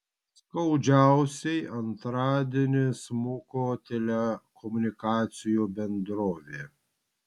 skaudžiausiai antradienį smuko telekomunikacijų bendrovė